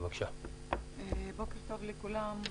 בוקר טוב לכולם.